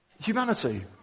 humanity